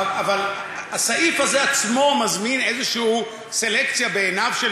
אבל הסעיף הזה עצמו מזמין איזושהי סלקציה בעיניו של